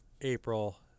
April